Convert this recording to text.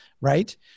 right